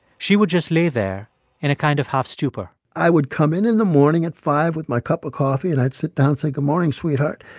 she would just lay there in a kind of half-stupor i would come in in the morning at five with my cup of coffee, and i'd sit down and say, good morning, sweetheart.